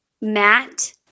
Matt